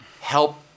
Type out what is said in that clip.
help